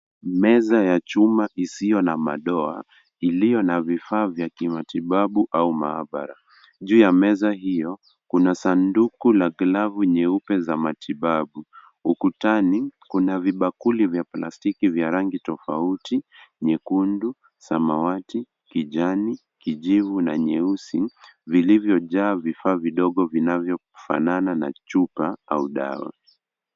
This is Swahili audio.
Meza ya chuma isiyo na madoa, iliyo na vifaa vya kimatibabu au mahabara. Juu ya meza hiyo, kuna sanduku la glavu nyeupe za matibabu. Ukutani, kuna vibakuli vya plastiki vya rangi tofauti, nyekundu, samawati, kijani, kijivu na nyeusi, vilivyojaa vifaa vidogo vinavyofanana na chupa au dawa.